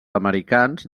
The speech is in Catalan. americans